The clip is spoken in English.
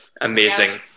Amazing